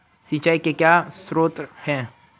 सिंचाई के क्या स्रोत हैं?